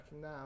now